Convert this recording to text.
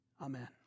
Amen